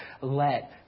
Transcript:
let